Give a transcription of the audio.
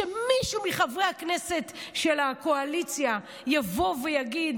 שמישהו מחברי הכנסת של הקואליציה יבוא ויגיד